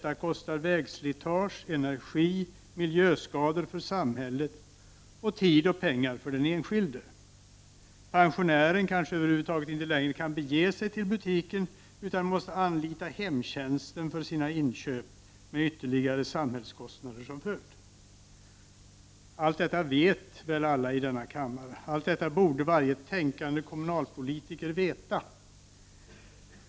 Det kostar vägslitage, energi och miljöskador för samhället och tid och pengar för den enskilde. Pensionären kanske över huvud taget inte längre kan bege sig till butiken utan måste anlita hemtjänsten för sina inköp, med ytterligare samhällskostnader som följd. Allt detta vet väl alla i denna kammare, allt detta borde varje tänkande kommunalpolitiker veta.